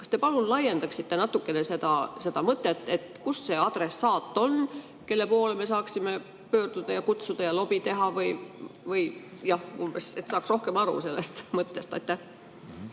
Kas te palun laiendaksite natuke seda mõtet? Kus see adressaat on, kelle poole me saaksime pöörduda ja kutsuda ja lobi teha? Jah, umbes nii, et saaks rohkem aru sellest mõttest. Aitäh,